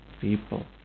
people